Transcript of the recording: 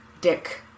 dick